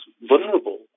vulnerable